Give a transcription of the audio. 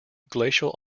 glacial